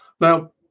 Now